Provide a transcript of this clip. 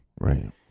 Right